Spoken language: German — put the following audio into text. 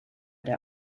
der